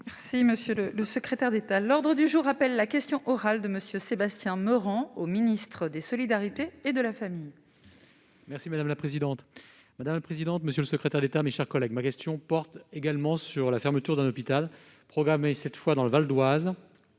Merci Monsieur le secrétaire d'État à l'ordre du jour appelle la question orale de monsieur Sébastien Meurant au ministre des solidarités et de la famille. Merci madame la présidente, madame la présidente, monsieur le secrétaire d'État, mes chers collègues, ma question porte également sur la fermeture d'un hôpital, cette fois dans le Val d'Oise,